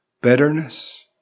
Bitterness